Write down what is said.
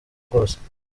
bwose